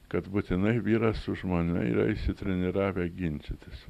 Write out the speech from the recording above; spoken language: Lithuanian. kad būtinai vyras su žmona yra išsitreniravę ginčytis